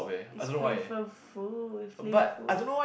it's flavourful it's flavourful